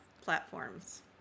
platforms